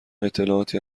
اطلاعاتی